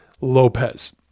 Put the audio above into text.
Lopez